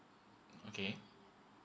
okay